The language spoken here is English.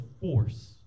force